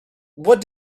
what